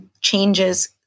changes